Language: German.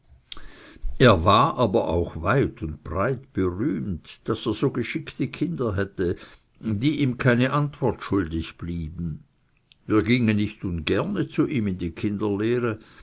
er war aber auch weit und breit berühmt daß er so geschickte kinder hätte die ihm keine antwort schuldig blieben wir gingen nicht ungerne zu ihm in die kinderlehre